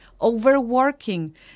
overworking